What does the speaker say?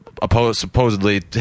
supposedly